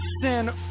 sin